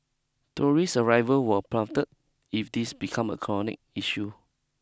tourist arrival will plummet if this become a chronic issue